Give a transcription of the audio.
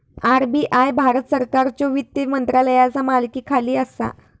RBI Bharat सरकारच्यो वित्त मंत्रालयाचा मालकीखाली असा